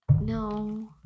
No